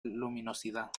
luminosidad